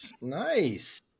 Nice